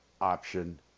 option